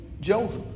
Joseph